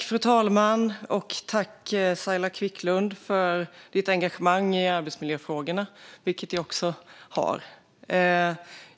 Fru talman! Tack, Saila Quicklund, för ditt engagemang i arbetsmiljöfrågorna! Det har jag också.